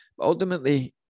Ultimately